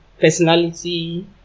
personality